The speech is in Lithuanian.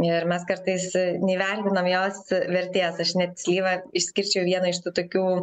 ir mes kartais neįvertinam jos vertės aš net slyvą išskirčiau vieną iš tų tokių